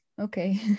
Okay